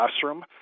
classroom